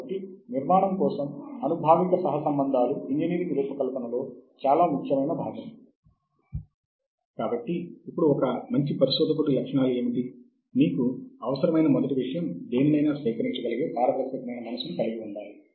కాబట్టి మేము సాహిత్య శోధనలో తో ముందుకు వెళ్ళాలంటే సాహితి పరిభాషతో మనకు కొంత పరిచయం ఉండాలి